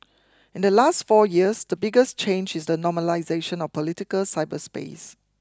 in the last four years the biggest change is the normalisation of political cyberspace